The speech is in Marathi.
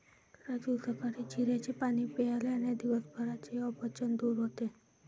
राजू सकाळी जिऱ्याचे पाणी प्यायल्याने दिवसभराचे अपचन दूर होते